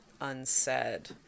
unsaid